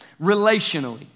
relationally